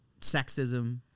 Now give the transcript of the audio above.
sexism